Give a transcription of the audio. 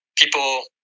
people